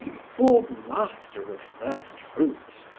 for, master of first-fruits,